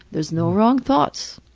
there's no wrong thoughts.